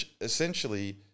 essentially